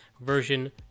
version